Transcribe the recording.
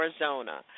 Arizona